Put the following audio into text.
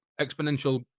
exponential